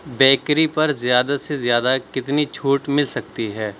bakery پر زیادہ سے زیادہ کتنی چھوٹ مل سکتی ہے